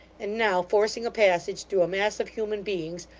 and now forcing a passage through a mass of human beings,